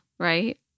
Right